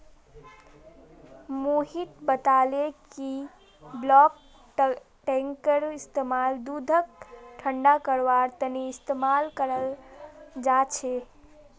मोहित बताले कि बल्क टैंककेर इस्तेमाल दूधक ठंडा करवार तने इस्तेमाल कराल जा छे